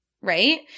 right